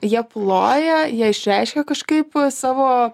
jie ploja jie išreiškia kažkaip savo